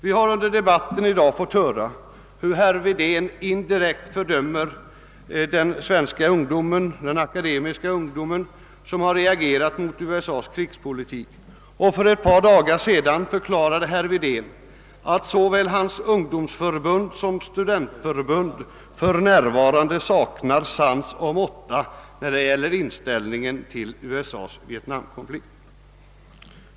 Vi har under debatten i dag fått höra hur herr Wedén indirekt fördömer den svenska akademiska ungdom som reagerat inför USA:s krigspolitik. För ett par dagar sedan förklarade herr Wedén att såväl Folkpartiets ungdomsförbund som Sveriges liberala studentförbund för närvarande saknar sans och måtta i inställningen till USA:s vietnamkonflikt.